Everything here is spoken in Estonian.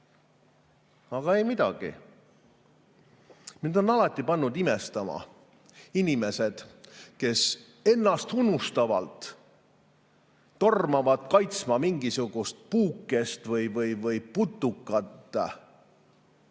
Aga ei midagi! Mind on alati pannud imestama inimesed, kes ennastunustavalt tormavad kaitsma mingisugust puukest või putukat ja